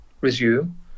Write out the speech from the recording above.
resume